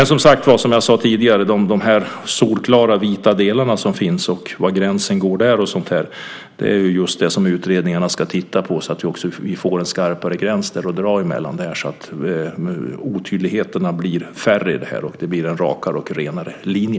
Som jag sade tidigare finns det solklara vita delar. Var gränsen går där är sådant som utredningarna ska titta på så att vi får en skarpare gräns att dra emellan så att otydligheterna blir färre och det blir en rakare och renare linje.